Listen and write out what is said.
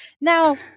Now